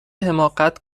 حماقت